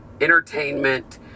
entertainment